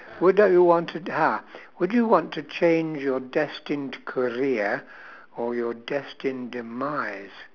would I want to ah would you want to change your destined career or your destined demise